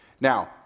Now